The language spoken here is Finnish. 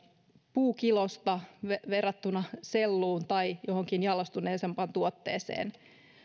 puukilosta verrattuna selluun tai johonkin jalostetumpaan tuotteeseen